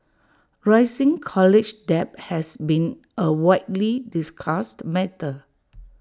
rising college debt has been A widely discussed matter